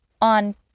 on